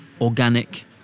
organic